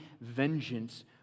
vengeance